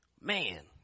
Man